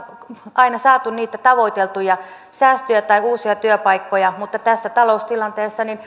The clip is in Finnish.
aina saatu niitä tavoiteltuja säästöjä tai uusia työpaikkoja mutta tässä taloustilanteessa